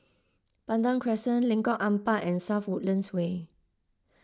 Pandan Crescent Lengkong Empat and South Woodlands Way